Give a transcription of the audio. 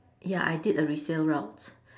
ya I did a resale route